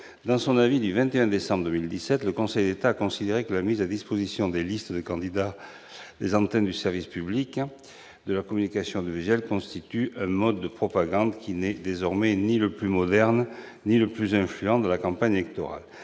Dans son avis du 21 décembre 2017, le Conseil d'État a considéré que la mise à disposition des listes de candidats des antennes du service public de la communication audiovisuelle constitue un mode de propagande qui n'est désormais ni le plus moderne ni le plus influent dans la campagne électorale.